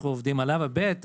אנחנו עובדים על המסלול הזה.